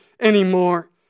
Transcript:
anymore